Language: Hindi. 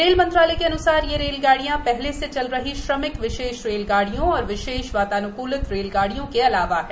रेल मंत्रालय के अन्सार ये रेलगाडियां पहले से चल रही श्रमिक विशेष रेलगाडियों और विशेष वातानुकलित रेलगाडियों के अलावा हैं